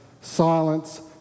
Silence